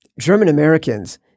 German-Americans –